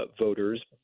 voters